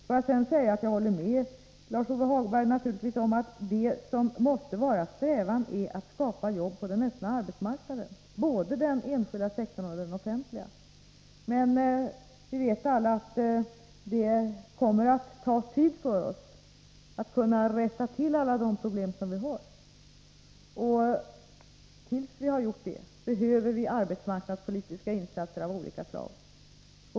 Jag vill sedan säga att jag naturligtvis håller med Lars-Ove Hagberg om att vår strävan måste vara att skapa jobb på den öppna arbetsmarknaden, inom både den enskilda sektorn och den offentliga. Men vi vet alla att det kommer att ta tid för oss att komma till rätta med alla de problem som vi har. Tills vi har gjort det behöver vi arbetsmarknadspolitiska insatser av olika slag.